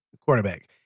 quarterback